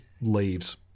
leaves